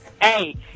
Hey